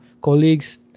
colleagues